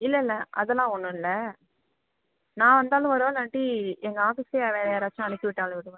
இல்லை இல்லை அதெல்லாம் ஒன்றும் இல்லை நான் வந்தாலும் வருவேன் இல்லாட்டி எங்கள் ஆஃபீஸ்லேயே யா வேறு யாராச்சும் அனுப்பிவிட்டாலும் விடுவேன்